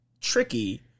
tricky